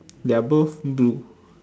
they're both blue